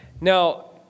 Now